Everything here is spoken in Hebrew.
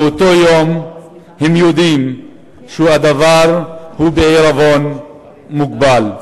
מאותו יום הם יודעים שהדבר הוא בעירבון מוגבל.